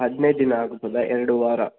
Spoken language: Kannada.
ಹದಿನೈದು ದಿನ ಆಗುತ್ತದಾ ಎರಡು ವಾರ